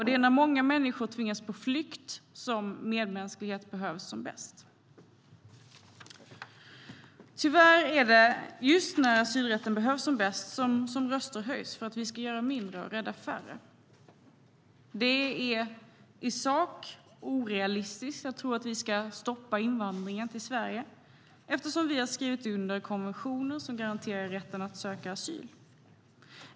Det är när många människor tvingas på flykt som medmänsklighet behövs som mest. Tyvärr är det just när asylrätten behövs som bäst som röster höjs för att vi ska göra mindre och rädda färre. Det är i sak orealistiskt att tro att vi kan stoppa invandringen till Sverige, eftersom vi har skrivit under konventioner som garanterar rätten att söka asyl.